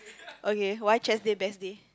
okay why chest day best day